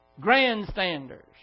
grandstanders